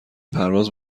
پرواز